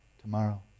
Tomorrow